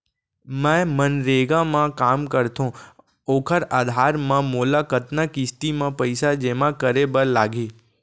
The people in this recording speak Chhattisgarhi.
मैं मनरेगा म काम करथो, ओखर आधार म मोला कतना किस्ती म पइसा जेमा करे बर लागही?